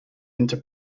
into